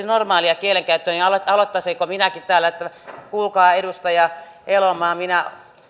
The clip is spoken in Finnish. normaalia kielenkäyttöä niin aloittaisinko minäkin täällä että kuulkaa edustaja elomaa minä